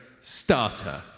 starter